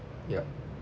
ya